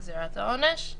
יש את הטיפול וגזירת העונש.